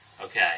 okay